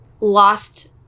lost